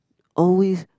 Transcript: always